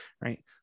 Right